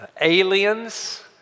aliens